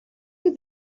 you